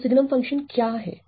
तो signum function क्या है